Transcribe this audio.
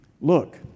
look